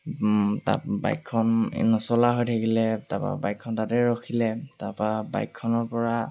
তাত বাইকখন নচলা হৈ থাকিলে তাৰপৰা বাইকখন তাতে ৰখিলে তাৰপৰা বাইকখনৰপৰা